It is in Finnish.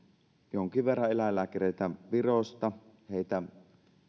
jonkin verran eläinlääkäreitä virosta heitä